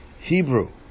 Hebrew